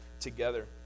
together